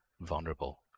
vulnerable